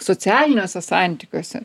socialiniuose santykiuose